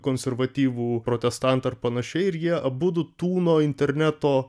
konservatyvų protestantą ar panašiai ir jie abudu tūno interneto